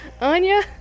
Anya